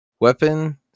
Weapon